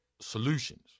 solutions